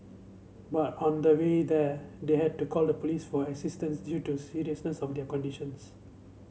but on the way there they had to call the police for assistance due to seriousness of their conditions